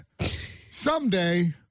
someday